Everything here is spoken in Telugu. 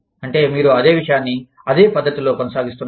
అంటే మీరు అదే విషయాన్ని అదే పద్ధతిలో కొనసాగిస్తున్నారు